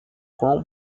quão